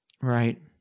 Right